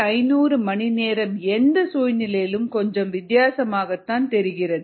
7500 மணிநேரம் எந்த சூழ்நிலையிலும் கொஞ்சம் வித்தியாசமாக தெரிகிறது